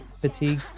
fatigue